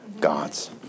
God's